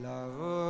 Love